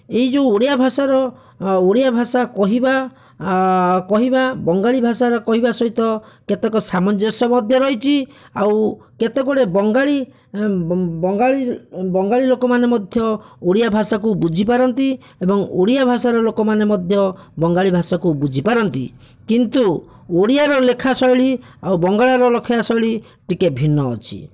ଏଇ ଯେଉଁ ଓଡ଼ିଆ ଭାଷାର ଓଡ଼ିଆ ଭାଷା କହିବା ବଙ୍ଗାଳୀ ଭାଷାର କହିବା ସହିତ କେତେକ ସାମଞ୍ଜସ୍ୟ ମଧ୍ୟ ରହିଛି ଆଉ କେତେ ଗୁଡ଼େ ବଙ୍ଗାଳୀ ବଙ୍ଗ ବଙ୍ଗ ବଙ୍ଗାଳୀ ବଙ୍ଗାଳୀ ଲୋକମାନେ ମଧ୍ୟ ଓଡ଼ିଆ ଭାଷାକୁ ବୁଝିପାରନ୍ତି ଏବଂ ଓଡ଼ିଆ ଭାଷାର ଲୋକମାନେ ମଧ୍ୟ ବଙ୍ଗାଳୀ ଭାଷାକୁ ବୁଝିପାରନ୍ତି କିନ୍ତୁ ଓଡ଼ିଆର ଲେଖା ଶୈଳୀ ଆଉ ବଙ୍ଗଳାର ଲେଖା ଶୈଳୀ ଟିକିଏ ଭିନ୍ନ ଅଛି